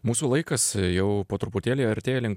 mūsų laikas jau po truputėlį artėja link